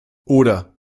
oder